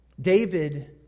David